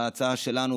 ההצעה שלנו,